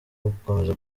ugukomeza